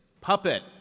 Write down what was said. puppet